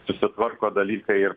susitvarko dalykai ir